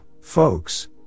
folks